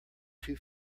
two